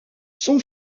son